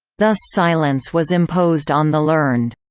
thus silence was imposed on the learned.